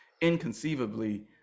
inconceivably